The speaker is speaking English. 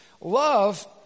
Love